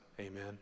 Amen